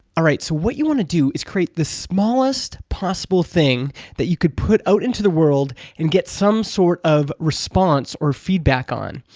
alright so what you want to do is create the smallest possible thing that you could put out into the world and get some sort of response or feedback on.